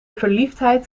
verliefdheid